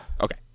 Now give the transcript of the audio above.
Okay